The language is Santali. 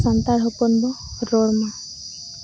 ᱥᱟᱱᱛᱟᱲ ᱦᱚᱯᱚᱱ ᱵᱚ ᱨᱚᱲᱢᱟ